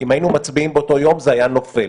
אם היינו מצביעים באותו יום זה היה נופל.